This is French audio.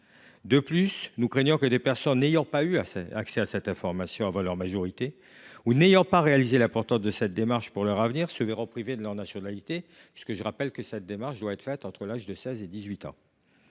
De plus, nous craignons que des personnes n’ayant pas eu accès à cette information avant leur majorité, ou n’ayant pas réalisé l’importance de cette démarche pour leur avenir, se voient privées de leur nationalité – je rappelle que cette démarche devrait être faite entre l’âge de 16 et de 18 ans.